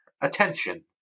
attention